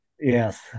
yes